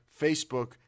Facebook